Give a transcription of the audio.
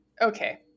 okay